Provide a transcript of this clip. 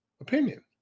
opinion